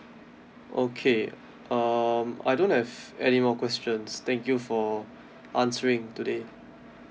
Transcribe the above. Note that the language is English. okay um I don't have any more questions thank you for answering today